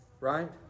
right